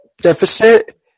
deficit